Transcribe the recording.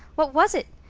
what was it?